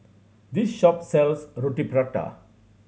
this shop sells Roti Prata